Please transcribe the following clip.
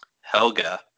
Helga